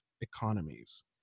economies